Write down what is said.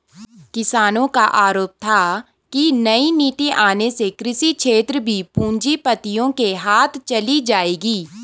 किसानो का आरोप था की नई नीति आने से कृषि क्षेत्र भी पूँजीपतियो के हाथ चली जाएगी